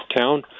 town